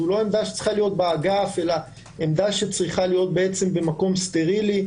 זו לא עמדה שצריכה להיות באגף אלא במקום סטרילי.